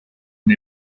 and